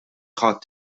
ħadd